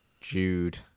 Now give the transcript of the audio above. Jude